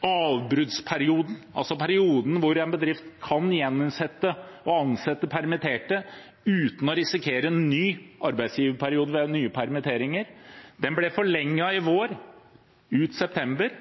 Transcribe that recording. avbruddsperioden, altså perioden hvor en bedrift kan gjeninnsette og ansette permitterte uten å risikere ny arbeidsgiverperiode ved nye permitteringer. Den ble forlenget i vår ut september.